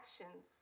actions